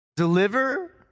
deliver